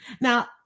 now